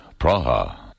Praha